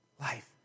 life